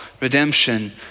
redemption